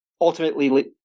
ultimately